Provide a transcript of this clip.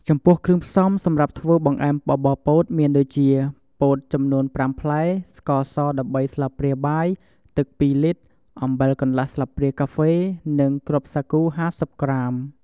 ចំពោះគ្រឿងផ្សំសម្រាប់ធ្វើបង្អែមបបរពោតមានដូចជា ពោតចំនួន ៥ផ្លែ ស្ករស១៣ស្លាបព្រាបាយ ទឹក២លីត្រ អំបិលកន្លះស្លាបព្រាកាហ្វេ និងគ្រាប់សាគូ៥០ក្រាម។